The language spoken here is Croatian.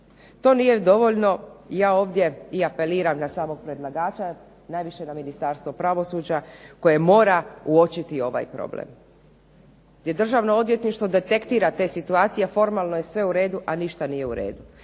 To nije dovoljno, ja ovdje apeliram na samog predlagača, najviše Ministarstvo pravosuđa koje mora uočiti ovaj problem, jer Državno odvjetništvo detektira takve situacije gdje formalno je sve u redu a ništa nije u redu.